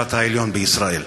בית-המשפט העליון בישראל?